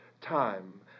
time